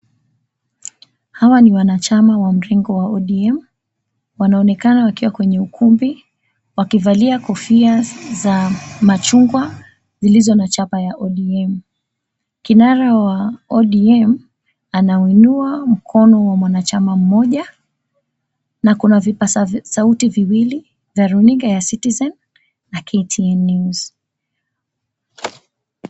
Hawa ni wanachama wa mrengo wa ODM. Wanaonekana wakiwa kwenye ukumbi, wakivalia kofia za machungwa zilizo na chapa ya ODM. Kinara wa ODM anauinua mkono wa mwanachama mmoja na kuna vipasa sauti viwili vya runinga ya Citizen na KTN News.